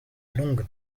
longue